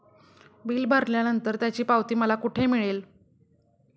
Bill भरल्यानंतर त्याची पावती मला कुठे मिळेल?